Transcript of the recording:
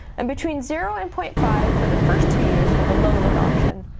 and between zero and point five for the first two years with the low load option,